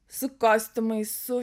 su kostiumais su